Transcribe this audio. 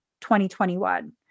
2021